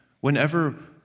Whenever